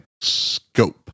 SCOPE